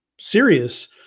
serious